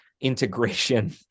integration